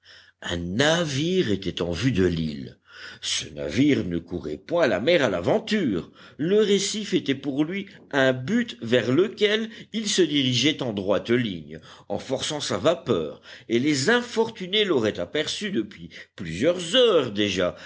un navire était en vue de l'île ce navire ne courait point la mer à l'aventure le récif était pour lui un but vers lequel il se dirigeait en droite ligne en forçant sa vapeur et les infortunés l'auraient aperçu depuis plusieurs heures déjà